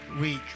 week